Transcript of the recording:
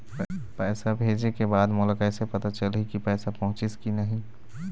पैसा भेजे के बाद मोला कैसे पता चलही की पैसा पहुंचिस कि नहीं?